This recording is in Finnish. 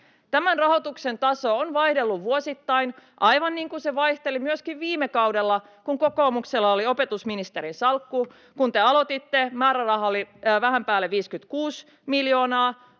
Tämän rahoituksen taso on vaihdellut vuosittain, aivan niin kuin se vaihteli myöskin viime kaudella, kun kokoomuksella oli opetusministerin salkku. Kun te aloititte, määräraha oli vähän päälle 56 miljoonaa,